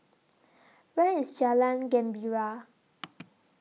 Where IS Jalan Gembira